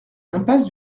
impasse